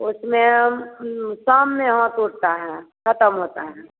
उसमें हम शाम में हाथ उठता है ख़त्म होता है